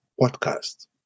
podcast